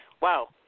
Wow